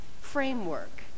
framework